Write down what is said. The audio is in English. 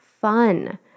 fun